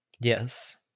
Yes